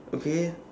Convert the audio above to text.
okay